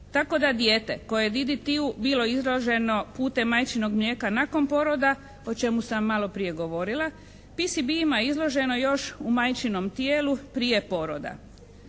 tako da dijete koje DDT-u bilo izloženo putem majčinog mlijeka nakon poroda, o čemu sam maloprije govorila, PCB ima izloženo još u majčinom tijelu prije poroda.